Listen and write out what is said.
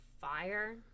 fire